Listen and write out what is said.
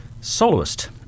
soloist